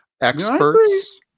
experts